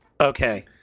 Okay